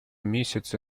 месяце